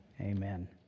Amen